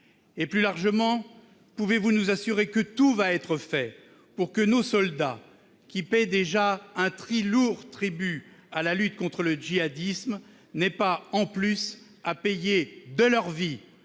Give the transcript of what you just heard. ? Plus largement, pouvez-vous nous assurer que tout va être fait pour que nos soldats, qui payent déjà un très lourd tribut à la lutte contre le djihadisme, n'aient pas en plus à payer de leur vie